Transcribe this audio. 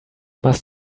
must